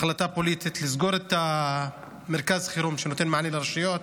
החלטה פוליטית לסגור את מרכז החירום שנותן מענה לרשויות.